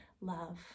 love